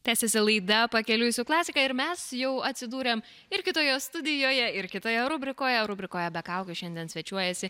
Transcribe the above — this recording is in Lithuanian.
tęsiasi laida pakeliui su klasika ir mes jau atsidūrėm ir kitoje studijoje ir kitoje rubrikoje rubrikoje be kaukių šiandien svečiuojasi